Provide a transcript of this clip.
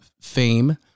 fame